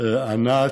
ענת,